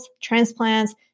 transplants